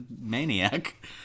maniac